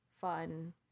fun